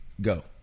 Go